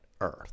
earth